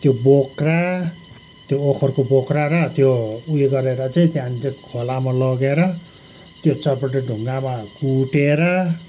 त्यो बोक्रा त्यो ओखरको बोक्रा र त्यो उयो गरेर चाहिँ त्यहाँदेखि चाहिँ खोलामा लगेर त्यो चारपाटे ढुङ्गामा कुटेर